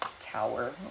Tower